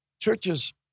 Churches